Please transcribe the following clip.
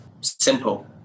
Simple